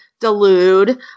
delude